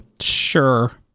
Sure